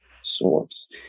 sorts